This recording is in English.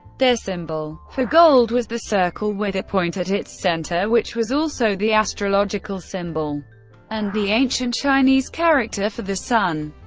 their symbol for gold was the circle with a point at its center, which was also the astrological symbol and the ancient chinese character for the sun.